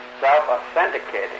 self-authenticating